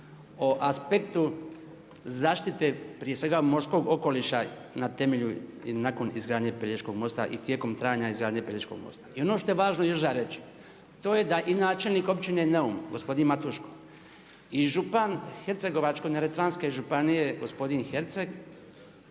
o aspektu zaštite prije svega morskog okoliša na temelju i nakon izgradnje Pelješkog mosta i tijekom trajanja izgradnje Pelješkog mosta. I ono što je važno još za reći, to je da i načelnik općine Neum, gospodin Matuško i župan Hercegovačko-neretvanske županije gospodin Herceg